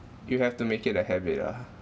you have to make it a habit lah